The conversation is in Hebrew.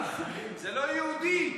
לא יהודי.